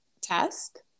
test